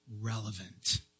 relevant